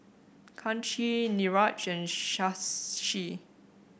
Kanshi Niraj and Shashi